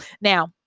Now